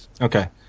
Okay